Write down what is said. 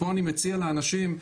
פה אני מציע לאנשים,